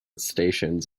stations